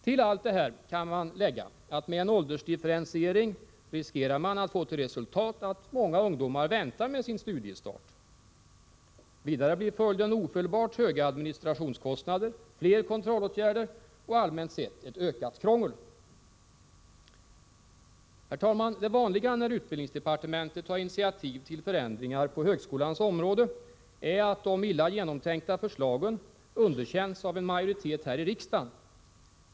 Till allt detta kan läggas, att med en åldersdifferentiering riskerar man att få till resultat att många ungdomar väntar med sin studiestart. Vidare blir följden ofelbart höga administrationskostnader, fler kontrollåtgärder och allmänt sett ett ökat krångel. Herr talman! Det vanliga när utbildningsdepartementet tar initiativ till förändringar på högskolans område är att de illa genomtänkta förslagen underkänns av en majoritet här i riksdagen.